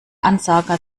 ansager